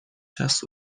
شصت